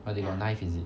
oh they got knife is it